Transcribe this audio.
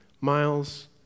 miles